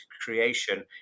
creation